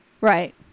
Right